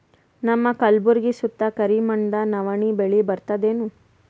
ನಮ್ಮ ಕಲ್ಬುರ್ಗಿ ಸುತ್ತ ಕರಿ ಮಣ್ಣದ ನವಣಿ ಬೇಳಿ ಬರ್ತದೇನು?